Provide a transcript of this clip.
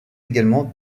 également